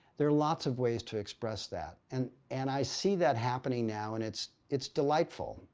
there are lots of ways to express that and and i see that happening now and it's it's delightful.